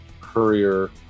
courier